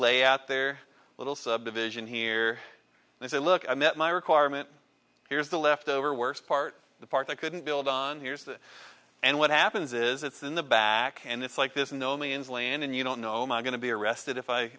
lay out their little subdivision here they say look i met my requirement here's the left over worst part the part i couldn't build on here's the and what happens is it's in the back and it's like there's no means land and you don't know me i'm going to be arrested if i